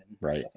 Right